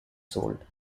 sold